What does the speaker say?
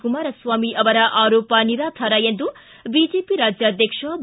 ಕುಮಾರಸ್ವಾಮಿ ಅವರ ಆರೋಪ ನಿರಾಧಾರ ಎಂದು ಬಿಜೆಪಿ ರಾಜ್ಯಾಧ್ಯಕ್ಷ ಬಿ